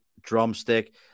drumstick